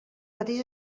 mateix